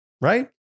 right